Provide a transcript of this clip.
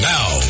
Now